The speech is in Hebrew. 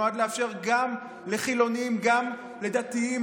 נועד לאפשר גם לחילונים וגם לדתיים,